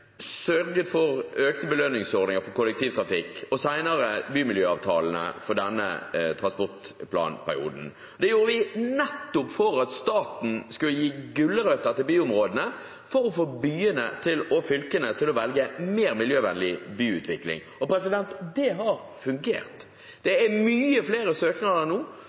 sørget for styrkede belønningsordninger for kollektivtrafikk og senere bymiljøavtalene for denne transportplanperioden. Det gjorde vi nettopp for at staten skulle gi gulrøtter til byområdene, for å få byene og fylkene til å velge mer miljøvennlig byutvikling, og det har fungert. Det er mange flere søknader nå